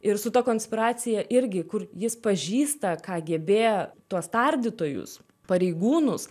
ir su ta konspiracija irgi kur jis pažįsta kgb tuos tardytojus pareigūnus